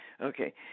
Okay